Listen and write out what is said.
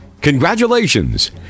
Congratulations